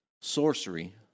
sorcery